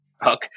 hook